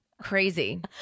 crazy